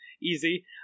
Easy